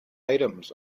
items